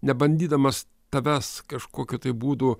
nebandydamas tavęs kažkokiu būdu